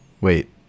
wait